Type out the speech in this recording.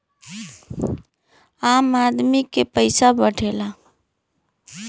आम आदमी के पइसा बढ़ेला